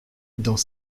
dans